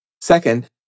Second